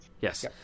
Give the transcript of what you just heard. Yes